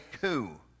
coup